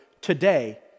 today